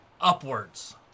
upwards